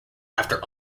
after